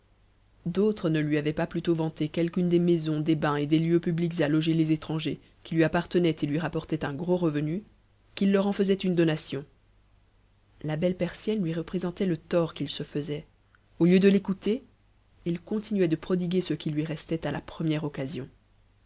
d'autres ne lui avaient pas plus tôt vanté quelqu'une des maisons des bains et des lieux publics à loger les étrangers qui lui appartenaient et lui rapportaient un gros revenu qu'il leur en faisait une donation la belle persienne lui représentait le tort qu'il se faisait au lieu de l'écouter il continuait de prodiguer ce qui lui restait à la première occasion